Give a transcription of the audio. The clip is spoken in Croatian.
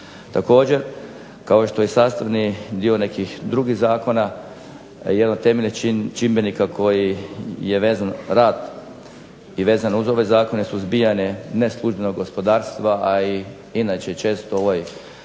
Također kao što je sastavni dio nekih drugih zakona, jedan od temeljnih čimbenika koji je vezan rad i vezano uz ove zakone su …/Ne razumije se./… ne službeno gospodarstvo, a i inače često u ovoj